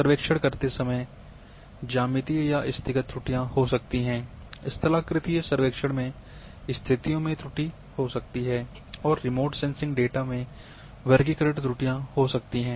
सर्वेक्षण करते समय ज्यामितीय या स्थितिगत त्रुटियां हो सकती हैं स्थलाकृतिक सर्वेक्षण में स्थितियों में त्रुटि हो सकती है और रिमोट सेंसिंग डेटा में वर्गीकरण त्रुटियां हो सकती हैं